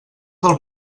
del